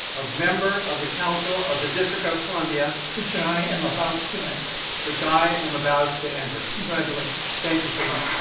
of member of the council of the district of columbia. which i am about to enter. which i am about to enter. congratulations. thank you so ah